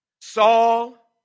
Saul